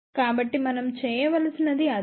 కాబట్టి మనం చేయవలసినది అదే